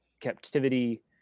captivity